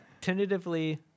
tentatively